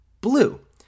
blue